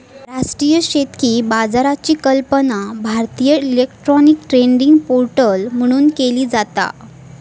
राष्ट्रीय शेतकी बाजाराची कल्पना भारतीय इलेक्ट्रॉनिक ट्रेडिंग पोर्टल म्हणून केली जाता